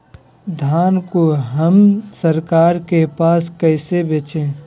धान को हम सरकार के पास कैसे बेंचे?